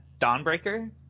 Dawnbreaker